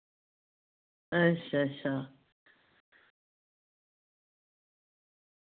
अच्छा अच्छा